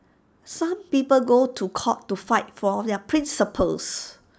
some people go to court to fight for their principles